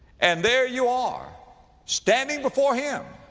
and there you are standing before him,